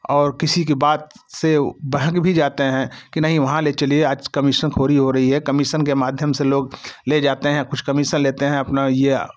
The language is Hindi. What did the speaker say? और किसी के बात से वो बेहक भी जाते हैं कि वहाँ ले चलिए आज कमीशन खोरी हो रही है कमीशन के माध्यम से लोग ले जाते हैं कुछ कमीशन लेते हैं अपना या